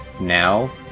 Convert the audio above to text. now